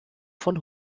von